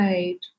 Right